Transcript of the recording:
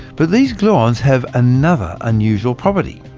but these gluons have another unusual property.